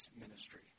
ministry